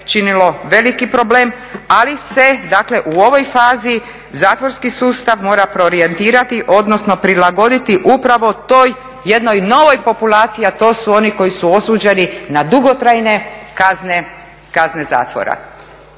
činilo veliki problem, ali se dakle u ovoj fazi zatvorski sustav mora preorijentirati odnosno prilagoditi upravo toj jednoj novoj populaciji, a to su oni koji su osuđeni na dugotrajne kazne zatvora.